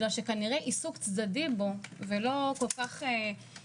כי כנראה עיסוק צדדי בו ולא מעמיק,